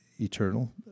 eternal